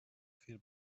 feel